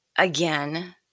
Again